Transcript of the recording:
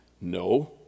No